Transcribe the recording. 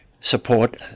support